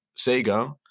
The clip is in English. Sega